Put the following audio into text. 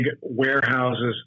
warehouses